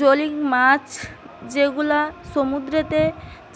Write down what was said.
জংলী মাছ যেগুলা সমুদ্রতে